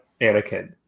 Anakin